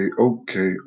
okay